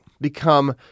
become